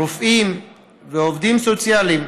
רופאים ועובדים סוציאליים,